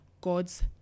God's